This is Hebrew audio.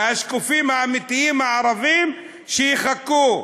והשקופים האמיתיים, הערבים, שיחכו.